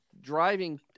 driving